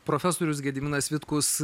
profesorius gediminas vitkus